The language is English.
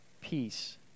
Peace